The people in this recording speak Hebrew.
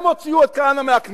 7א, 7א. הם הוציאו את כהנא מהכנסת,